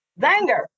Zanger